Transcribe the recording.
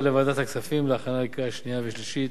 לוועדת הכספים להכנה לקריאה שנייה ושלישית.